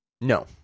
No